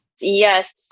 Yes